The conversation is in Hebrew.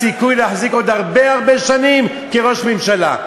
סיכוי להחזיק עוד הרבה הרבה שנים כראש הממשלה,